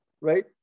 right